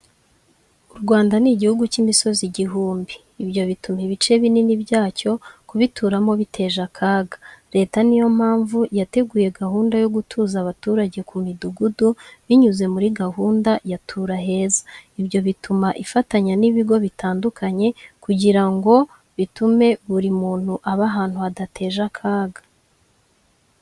U Rwanda ni igihungu cy'imisozi igihumbi. Ibyo bituma ibice binini byacyo kubituramo biteje akaga. Leta ni yo mpamvu yateguye gahunda yo gutuza abaturage ku imidugudu binyuze muri gahunda ya "Tura heza." Ibyo bituma ifatanya n'ibigo bitandukanye kugira ngo bitume buri muntu aba ahantu hadateje akaga.